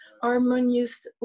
harmonious